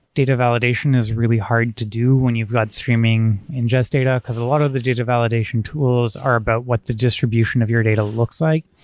data validation is really hard to do when you've got streaming ingest data, because a lot of the data validation tools are about what the distribution of your data looks like.